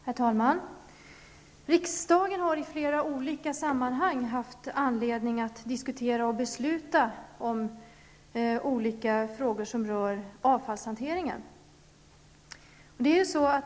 Herr talman! Riksdagen har i flera olika sammanhang haft anledning att diskutera och besluta om olika frågor som rör avfallshanteringen.